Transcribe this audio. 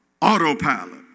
autopilot